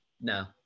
No